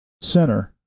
center